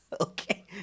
Okay